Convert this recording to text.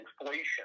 inflation